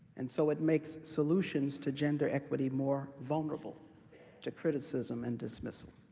and so it makes solutions to gender equity more vulnerable to criticism and dismissal,